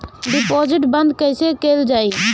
Deposit बंद कैसे कैल जाइ?